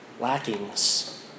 lackings